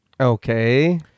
Okay